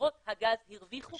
חברות הגז הרוויחו המון.